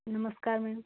नमस्कार मैम